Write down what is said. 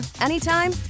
anytime